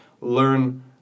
learn